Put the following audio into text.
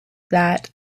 that